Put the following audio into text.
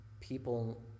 people